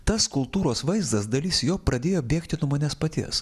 tas kultūros vaizdas dalis jo pradėjo bėgti nuo manęs paties